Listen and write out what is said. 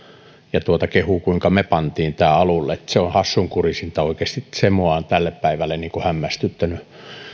ja kehuu kuinka me panimme tämän alulle se on hassunkurisinta oikeasti se minua on tänä päivänä hämmästyttänyt